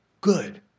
Good